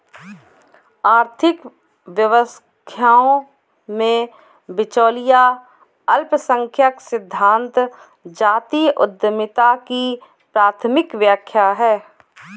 आर्थिक व्याख्याओं में, बिचौलिया अल्पसंख्यक सिद्धांत जातीय उद्यमिता की प्राथमिक व्याख्या है